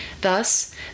Thus